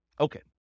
Okay